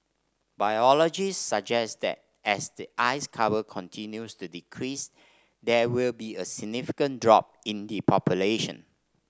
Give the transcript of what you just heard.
biologists suggest that as the ice cover continues to decrease there will be a significant drop in the population